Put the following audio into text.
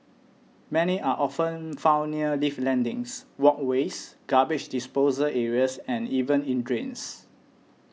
many are often found near lift landings walkways garbage disposal areas and even in drains